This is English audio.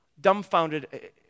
dumbfounded